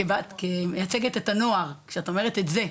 כי את מייצגת את הנוער שאת אומרת 'את זה',